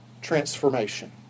transformation